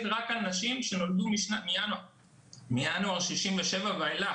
רק על נשים שנולדו מינואר 1967 ואילך.